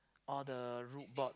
all the root board